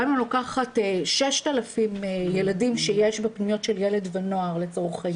גם אם אני לוקחת 6,500 ילדים שיש בפנימיות של ילד ונוער לצורך העניין,